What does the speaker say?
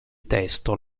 testo